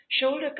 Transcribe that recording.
shoulder